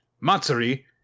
Matsuri